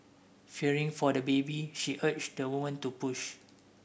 fearing for the baby she urged the woman to push